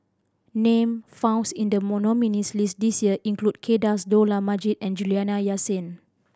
name founds in the nominees' list this year include Kay Das Dollah Majid and Juliana Yasin